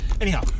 Anyhow